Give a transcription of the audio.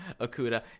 Akuda